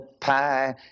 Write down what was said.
pie